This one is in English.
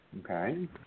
Okay